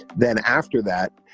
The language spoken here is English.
then after that,